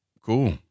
Cool